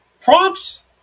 prompts